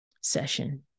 session